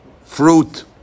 fruit